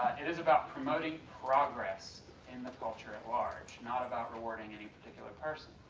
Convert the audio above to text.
it is about promoting progress in the culture at large, not about rewarding any particular person.